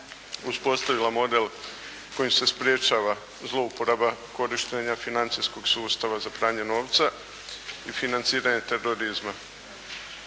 uspostavila model kojim se sprječava zlouporaba korištenja financijskog sustava za pranje novca i financiranje terorizma.